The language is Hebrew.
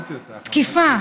תקיפה,